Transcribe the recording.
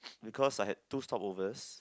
because I had two stopovers